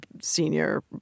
senior